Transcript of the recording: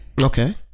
Okay